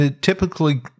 typically